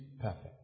perfect